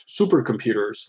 supercomputers